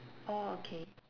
orh okay